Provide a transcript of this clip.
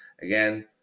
again